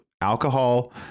Alcohol